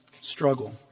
struggle